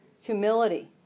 humility